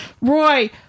Roy